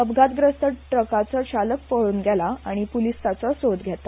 अपघातग्रस्त ट्रकाचो चालक पळून गेला ह आनी पुलिस ताचो सोद घेता